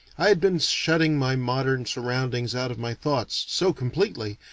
i had been shutting my modern surroundings out of my thoughts, so completely,